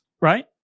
Right